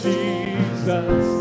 Jesus